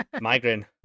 migraine